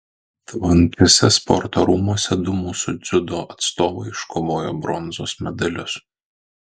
tvankiuose sporto rūmuose du mūsų dziudo atstovai iškovojo bronzos medalius